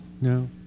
No